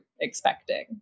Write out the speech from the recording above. expecting